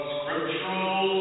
Scriptural